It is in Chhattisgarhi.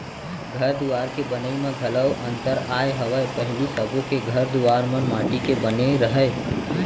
घर दुवार के बनई म घलौ अंतर आय हवय पहिली सबो के घर दुवार मन माटी के बने रहय